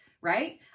right